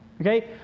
okay